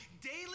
daily